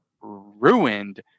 ruined –